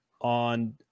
on